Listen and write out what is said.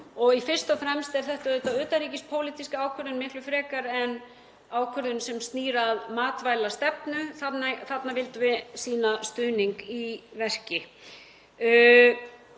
Fyrst og fremst er þetta auðvitað utanríkispólitísk ákvörðun miklu frekar en ákvörðun sem snýr að matvælastefnu. Þarna vildum við sýna stuðning í verki.